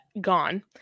gone